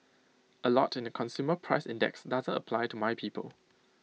A lot in the consumer price index doesn't apply to my people